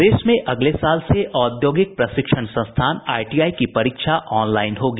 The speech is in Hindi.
प्रदेश में अगले साल से औद्योगिक प्रशिक्षण संस्थान आईटीआई की परीक्षा ऑनलाईन होगी